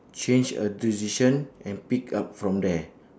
change a decision and pick up from there